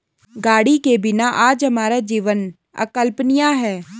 गाड़ी के बिना आज हमारा जीवन अकल्पनीय है